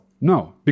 no